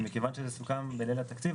מכיוון שזה סוכם בליל התקציב,